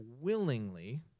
willingly